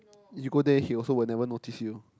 you go there he also will never notice you